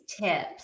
tips